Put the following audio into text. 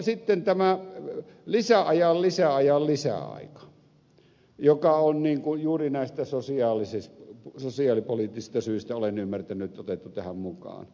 sitten tämä lisäajan lisäajan lisäaika joka on juuri näistä sosiaalipoliittisista syistä olen ymmärtänyt otettu tähän mukaan